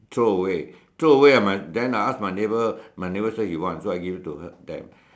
throw away throw away I might then I ask my neighbour my neighbour say he want so I give it to her them